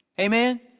Amen